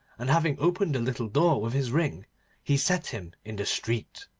and having opened the little door with his ring he set him in the street.